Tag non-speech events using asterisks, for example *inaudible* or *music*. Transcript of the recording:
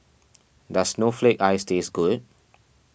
*noise* does Snowflake Ice taste good